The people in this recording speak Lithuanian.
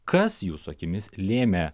kas jūsų akimis lėmė